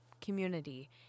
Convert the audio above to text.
Community